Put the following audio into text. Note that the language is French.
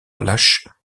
relâche